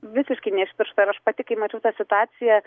visiškai ne iš piršto ir aš pati kai mačiau tą situaciją